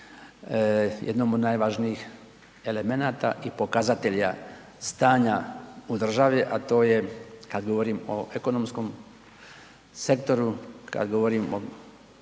jednom od najvažnijih elemenata i pokazatelja stanja u državi a to je kad govorim o ekonomskom sektoru, kad govorim o